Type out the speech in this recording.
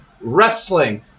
wrestling